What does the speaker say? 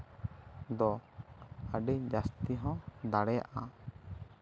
ᱫᱚ ᱟᱹᱰᱤ ᱡᱟᱹᱥᱛᱤ ᱦᱚᱸ ᱫᱟᱲᱮᱭᱟᱜᱼᱟ